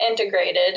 integrated